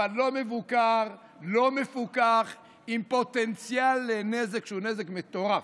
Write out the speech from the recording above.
אבל לא מבוקר, לא מפוקח, עם פוטנציאל לנזק מטורף.